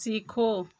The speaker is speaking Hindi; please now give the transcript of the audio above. सीखो